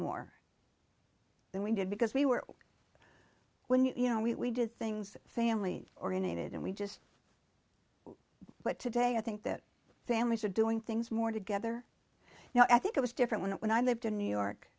more than we did because we were when you know we did things family orientated and we just but today i think that families are doing things more together now i think it was different when when i lived in new york